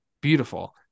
beautiful